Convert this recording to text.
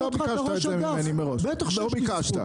אתה לא ביקשת את זה ממני מראש, לא ביקשת.